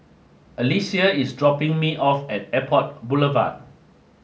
Alesia is dropping me off at Airport Boulevard